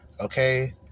okay